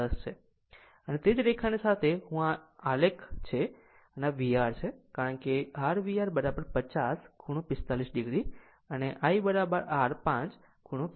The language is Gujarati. આમ તે જ રેખાની સાથે આ હું પણ આલેખ છે અને આ VR છે કારણ કે r VR 50 ખૂણો 45 o અને I r 5 ખૂણો 45 o છે